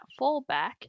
fallback